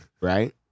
Right